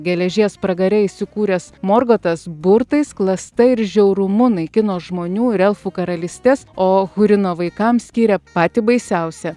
geležies pragare įsikūręs morgotas burtais klasta ir žiaurumu naikino žmonių ir elfų karalystes o hurino vaikams skyrė patį baisiausią